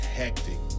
hectic